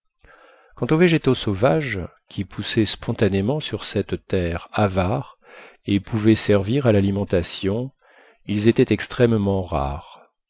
quant aux végétaux sauvages qui poussaient spontanément sur cette terre avare et pouvaient servir à l'alimentation ils étaient extrêmement rares